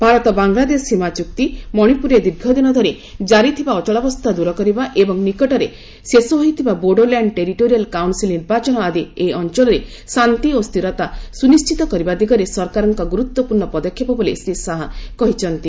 ଭାରତ ବାଂଲାଦେଶ ସୀମା ଚୁକ୍ତି ମଣିପୁରରେ ଦୀର୍ଘଦିନ ଧରି କାରି ଥିବା ଅଚଳାବସ୍ଥା ଦୂର କରିବା ଏବଂ ନିକଟରେ ଶେଷ ହୋଇଥିବା ବୋଡୋଲ୍ୟାଣ୍ଡ୍ ଟେରିଟୋରିଆଲ୍ କାଉନ୍ସିଲ୍ ନିର୍ବାଚନ ଆଦି ଏହି ଅଞ୍ଚଳରେ ଶାନ୍ତି ଓ ସ୍ଥିରତା ସୁନିଶ୍ଚିତ କରିବା ଦିଗରେ ସରକାରଙ୍କ ଗୁରୁତ୍ୱପୂର୍ଣ୍ଣ ପଦକ୍ଷେପ ବୋଲି ଶ୍ରୀ ଶାହା କହିଛନ୍ତି